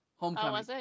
Homecoming